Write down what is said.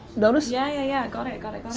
notice? yeah, yeah, yeah, got it, got it,